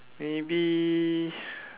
maybe